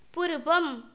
पूर्वम्